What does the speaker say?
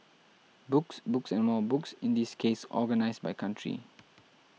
books books and more books in this case organised by country